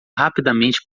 rapidamente